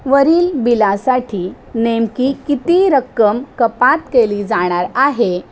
वरील बिलासाठी नेमकी किती रक्कम कपात केली जाणार आहे